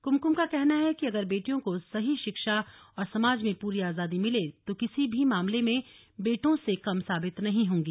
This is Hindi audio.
कुमकुम का कहना है कि अगर बेटियों को सही शिक्षा और समाज में पूरी आजादी मिले तो किसी भी मामले में बेटों से कम साबित नहीं होंगी